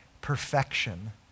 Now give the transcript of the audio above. perfection